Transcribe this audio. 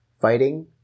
fighting